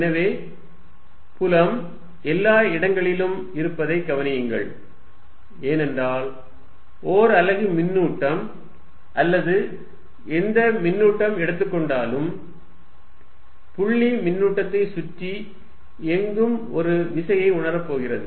எனவே புலம் எல்லா இடங்களிலும் இருப்பதைக் கவனியுங்கள் ஏனென்றால் ஓர் அலகு மின்னூட்டம் அல்லது எந்த மின்னூட்டம் எடுத்துக்கொண்டாலும் புள்ளி மின்னூட்டத்தைச் சுற்றி எங்கும் ஒரு விசையை உணர போகிறது